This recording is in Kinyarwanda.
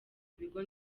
bigo